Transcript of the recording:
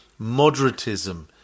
moderatism